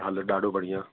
हलो ॾाढो बढ़िया